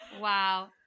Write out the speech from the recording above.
wow